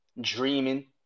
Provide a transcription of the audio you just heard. Dreaming